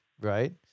right